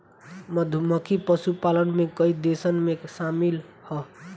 मधुमक्खी पशुपालन में कई देशन में शामिल ह